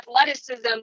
athleticism